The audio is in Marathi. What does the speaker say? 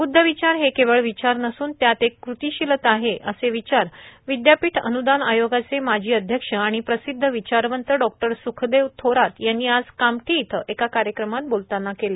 ब्द्धविचार हे केवळ विचार नसून त्यात एक कृतीशीलता आहेत असे विचार विद्यापीठ अन्दान आयोगाचे माजी अध्यक्ष आणि प्रसिद्ध विचारवंत डॉक्टर स्खदेव थोरात यांनी आज कामठी इथं बोलताना केलं